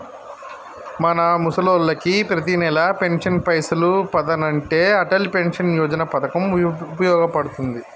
మన ముసలోళ్ళకి పతినెల పెన్షన్ పైసలు పదనంటే అటల్ పెన్షన్ యోజన పథకం ఉపయోగ పడుతుంది